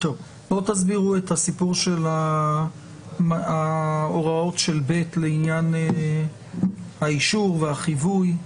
תסבירו את הסיפור של ההוראות של (ב) לעניין האישור והחיווי.